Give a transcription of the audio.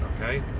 Okay